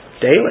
daily